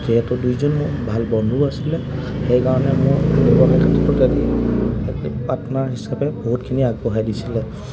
যিহেতু দুইজন মোৰ ভাল বন্ধুও আছিলে সেইকাৰণে মোৰ অৰুণোদয় কেন্দ্ৰটো অনাত পাৰ্টনাৰ হিচাপে বহুতখিনি আগবঢ়াই দিছিলে